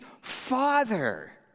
Father